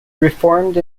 reformed